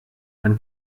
man